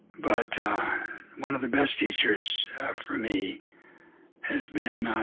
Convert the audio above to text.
but one of the best teachers for me has been